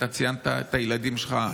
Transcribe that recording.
אתה ציינת את הילדים שלך,